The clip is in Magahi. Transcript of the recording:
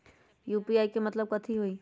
यू.पी.आई के मतलब कथी होई?